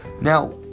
Now